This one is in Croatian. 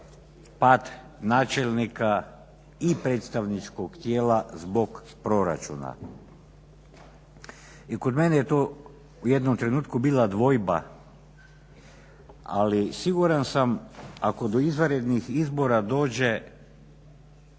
pad načelnika i predstavničkog tijela zbog proračuna. I kod mene je to u jednom trenutku bila dvojba, ali siguran sam ako do izvanrednih izbora dođe